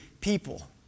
people